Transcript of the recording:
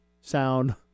Sound